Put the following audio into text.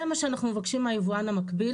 זה מה שאנחנו מבקשים מהיבואן המקביל.